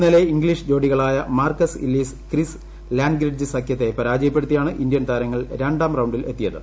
ഇന്നലെ ഇംഗ്ലീഷ് ജോഡികളായ Marcus Ellis Chris Langridge സഖ്യത്തെ പരാജയപ്പെടു ത്തിയാണ് ഇന്ത്യൻ താരങ്ങൾ രണ്ടാം റൌണ്ടിൽ എത്തിയത്